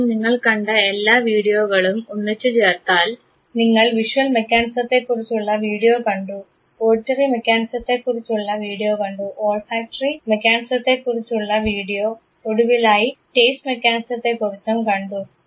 ഇപ്പോൾ നിങ്ങൾ കണ്ട എല്ലാ വീഡിയോയും ഒന്നിച്ചുചേർത്താൽ നിങ്ങൾ വിഷ്വൽ മെക്കാനിസത്തെകുറിച്ചുള്ള വീഡിയോ കണ്ടു ഓഡിറ്ററി മെക്കാനിസത്തെകുറിച്ചുള്ള വീഡിയോ കണ്ടു ഓൾഫാക്ടറി മെക്കാനിസത്തെകുറിച്ചുള്ള വീഡിയോ ഒടുവിലായി ടേസ്റ്റ് മെക്കാനിസത്തെക്കുറിച്ചും കണ്ടു